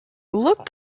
looked